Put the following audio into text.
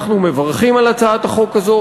אנחנו מברכים על הצעת החוק הזאת,